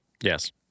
Yes